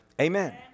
Amen